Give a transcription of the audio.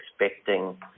expecting